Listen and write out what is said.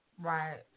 Right